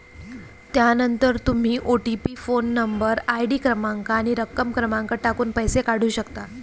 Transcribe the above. त्यानंतर तुम्ही OTP phone number, ID क्रमांक आणि रक्कम क्रमांक टाकून पैसे काढू शकता